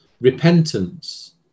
repentance